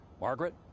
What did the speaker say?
Margaret